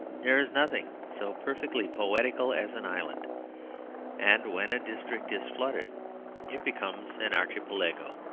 there is nothing so perfectly poetical as an island and when a district is flooded it becomes an archipelago.